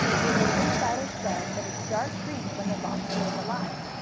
they live inside a shell that is dark green when the lobster is alive.